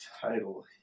title